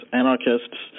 anarchists